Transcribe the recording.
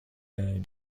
game